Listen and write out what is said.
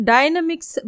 Dynamics